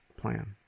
plan